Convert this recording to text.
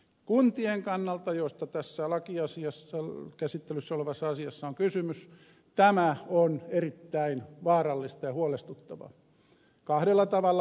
kuntien kannalta josta tässä käsittelyssä olevassa asiassa on kysymys tämä on erittäin vaarallista ja huolestuttavaa kahdella tavalla vähintään